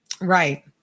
Right